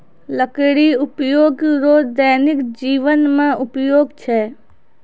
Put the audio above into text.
लकड़ी उपयोग रो दैनिक जिवन मे उपयोग छै